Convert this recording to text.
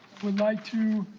would like to